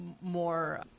more